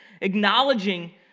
Acknowledging